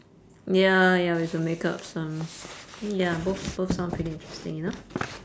ya ya we have to make up some ya both both sound pretty interesting enough